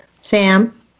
Sam